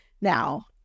now